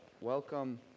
welcome